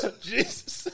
Jesus